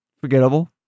Forgettable